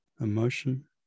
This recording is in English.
emotion